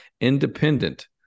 independent